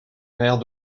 mère